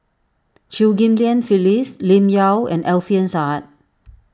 Chew Ghim Lian Phyllis Lim Yau and Alfian Sa'At